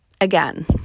again